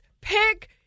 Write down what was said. pick